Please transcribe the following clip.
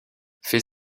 fait